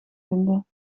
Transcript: vinden